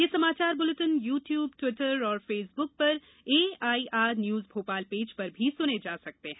ये समाचार bulletin YouTube Twitter और फेसबुक पर एआईआर न्यूज भोपाल पेज पर सुने जा सकते हैं